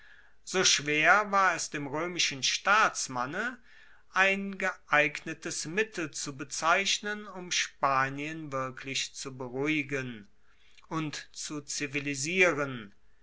so schwer war es dem roemischen staatsmanne ein geeignetes mittel zu bezeichnen um spanien wirklich zu beruhigen und zu zivilisieren